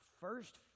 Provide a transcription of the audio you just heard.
first